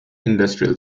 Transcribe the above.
industrial